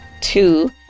Two